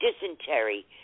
dysentery